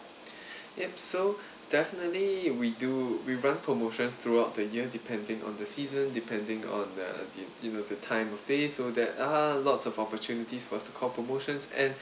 yup so definitely we do we run promotions throughout the year depending on the season depending on the the you know the time of days so there are lots of opportunities for us to call promotions and